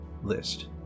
list